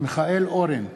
מיכאל אורן,